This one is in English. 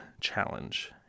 challenge